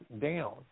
down